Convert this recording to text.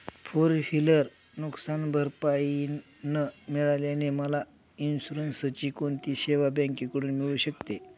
Four wheeler नुकसानभरपाई न मिळाल्याने मला इन्शुरन्सची कोणती सेवा बँकेकडून मिळू शकते?